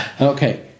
Okay